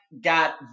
got